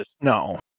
no